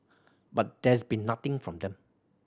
but there's been nothing from them